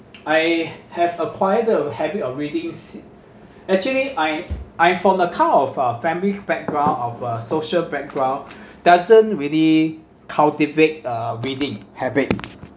I have acquired the habit of readings actually I I from the kind of uh family background of a social background doesn't really cultivate uh reading habit